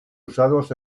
usados